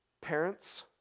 Parents